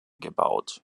gebaut